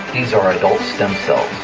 these are adult stem cells.